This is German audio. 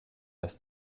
dass